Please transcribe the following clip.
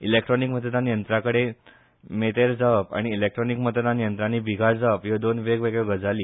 इलेक्टोनिक मतदान यंत्राकडे मेतेर जावप आनी इलेक्टोनिक मतदान यंत्रांनी बिघाड जावप ह्यो दोन वेगवेगळ्यो गजाली